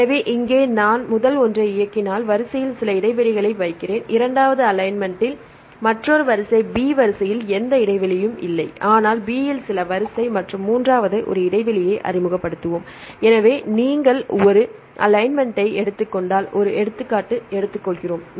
எனவே இங்கே நான் முதல் ஒன்றை இயக்கினால் வரிசையில் சில இடைவெளிகளை வைக்கிறேன் இரண்டாவது அலைன்மென்ட்டில் மற்றொரு வரிசை B வரிசையில் எந்த இடைவெளியும் இல்லை ஆனால் B இல் சில வரிசை மற்றும் மூன்றாவது ஒரு இடைவெளியை அறிமுகப்படுத்துவோம் எனவே நீங்கள் முதல் அலைன்மென்ட்டை எடுத்துக் கொண்டால் ஒரு எடுத்துக்காட்டு எடுத்துக்கொள்கிறோம்